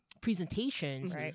presentations